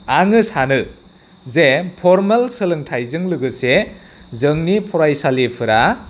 आङो सानो जे फर्मेल सोलोंथाइजों लोगोसे जोंनि फरायसालिफोरा